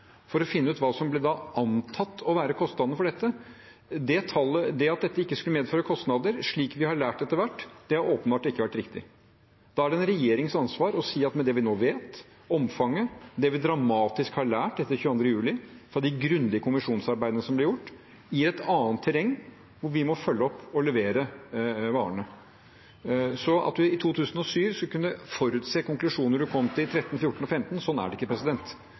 for å finne ut hva som da ble antatt å være kostnadene med dette. Det at dette ikke skulle medføre kostnader, slik vi har lært etter hvert, har åpenbart ikke vært riktig. Da er det en regjerings ansvar å si – med det vi nå vet, med omfanget, med det vi dramatisk har lært etter 22. juli fra de grundige kommisjonsarbeidene som ble gjort i et annet terreng – at vi må følge opp og levere varene. At vi i 2007 skulle kunne forutse konklusjoner en kom til i 2013, 2014 og 2015 – sånn er det ikke.